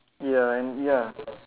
ya and ya